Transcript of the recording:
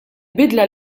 bidla